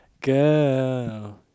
girl